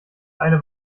eine